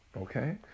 Okay